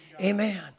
Amen